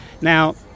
Now